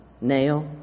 nail